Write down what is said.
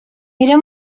era